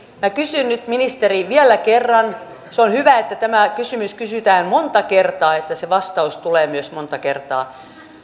minä kysyn nyt ministeri vielä kerran on hyvä että tämä kysymys kysytään monta kertaa niin että se vastaus tulee myös monta kertaa